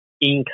income